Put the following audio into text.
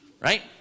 Right